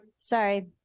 Sorry